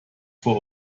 for